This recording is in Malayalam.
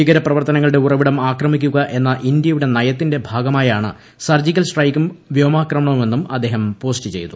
ഭീകരപ്രവർത്തനങ്ങളുടെ ഉറവിടം ആക്രമിക്കുക എന്ന ഇന്ത്യയുടെ നയത്തിന്റെ ഭാഗമായാണ് സർജിക്കൽ സ്ട്രൈക്കും വ്യോമാക്രമണവുമെന്നും അദ്ദേഹം പോസ്റ്റ് ചെയ്തു